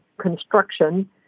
construction